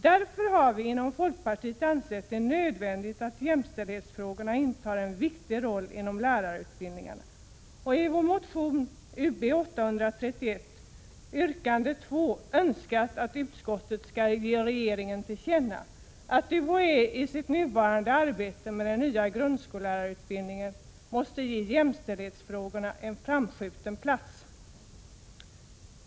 Därför har vi inom folkpartiet ansett det nödvändigt att jämställdhetsfrågorna intar en viktig plats inom lärarutbildningen, och i vår motion Ub831 yrkande 2 har vi hemställt att riksdagen skall ge regeringen till känna att UHÄ i sitt nuvarande arbete med den nya grundskollärarutbildningen måste ge jämställdhetsfrågorna en framskjuten plats.